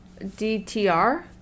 DTR